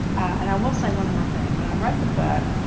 and i will say one more thing. when i wrote the but